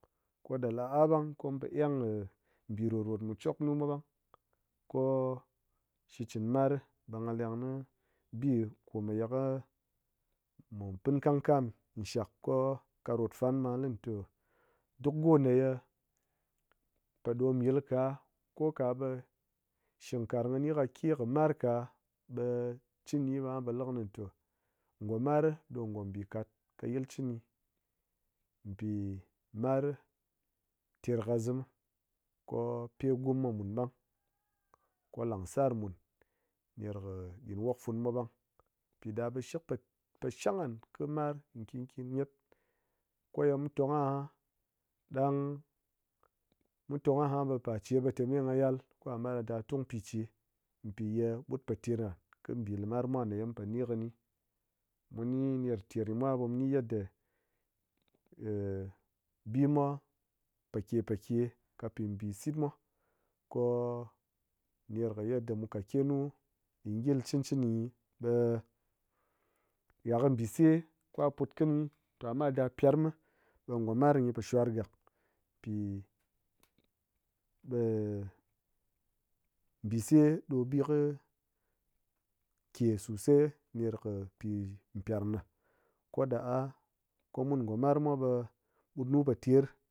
koɗa la'aɓang ko mu po eng kɨ mbi rotrot mi chwaknumwa ɓang ko shikchɨn mar ɓe ngha leng ni bi kome ye kɨ mu pin kamkam shak ko ka rot fan ɓe ngha li te-e duk go ne ye po ɗom yil ka, ko ka ɓe shingkarang kɨni ka ke kɨ mar ka ɓe chini ɓe ngha po likini te ngo mar ɗo ngom bi kat kɨ yil chini pi mar ter kazim kɨ pye ɓum ma mun ɓang kɨ langsar mun ner kɨ ɗin wok funu mwa ɓang pi ɗa ɓe but po shang nghan kɨ mar nkin nkin gyet ko ye mu tong aha ɗang mu tong aha ɓe pache ɓe ngha yal ko ngha mat ngha tung piche pi ye but po ter ha kɨ mbi limar ha kɨ mbi limar mwa ye mun po ni kɨni. Muni ner kɨ ter gyi mwa ɓe mu ni yadda nhh-bimwa poke poke ka mbi bisit mwa, ko-o ner kɨ yetda mu kat ke nu ɗin yil cɨn cɨni gyi ɓe ha kɨ bise ko ha ma da pyrem mi ɓe ngo mar gyi po shwargak pi ɓe bise ɗo bi kɨ ke sosai ner kɨ pi pyrem ɗa ko ɗa'a ko mun ngo mar mwa ɓe but nu po ter